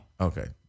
Okay